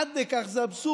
עד כדי כך זה אבסורדי.